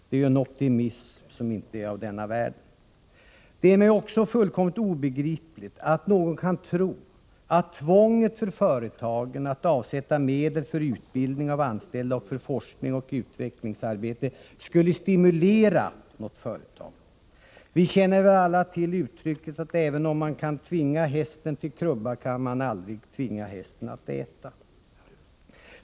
Det är ju en optimism som inte är av denna världen. Det är mig också fullkomligt obegripligt att någon kan tro att tvånget för företagen att avsätta medel för utbildning av anställda och för forskning och utvecklingsarbete skulle stimulera något företag. Vi känner väl alla till uttrycket att även om man kan tvinga hästen till krubban, kan man aldrig tvinga hästen att äta.